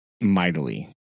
mightily